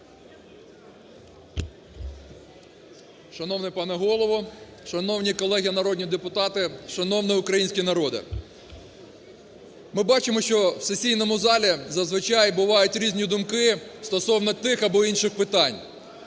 Шановний пане Голово! Шановні колеги народні депутати! Шановний український народе! Ми бачимо, що в сесійному залі зазвичай бувають різні думки стосовно тих або інших питань.